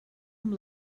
amb